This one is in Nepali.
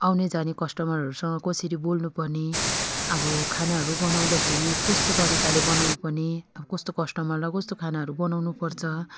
आउने जाने कस्टमरहरूसँग कसरी बोल्नु पर्ने अब खानाहरू बनाउँदाखेरि कस्तो तरिकाले बनाउनु पर्ने कस्तो कस्टमरलाई कस्तो खानाहरू बनाउनु पर्छ